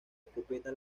escopeta